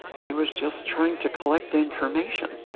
i was just trying to collect information.